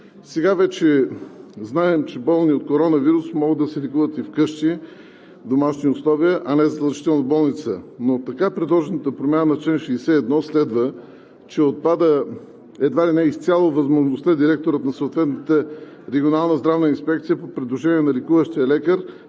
Сега вече знаем, че болни от коронавирус могат да се лекуват и вкъщи, в домашни условия, а не задължително в болница. Но от така предложената промяна на чл. 61 следва, че отпада едва ли не изцяло възможността директорът на съответната регионална здравна инспекция по предложение на лекуващия лекар